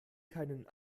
keinen